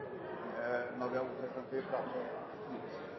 nå har det gått så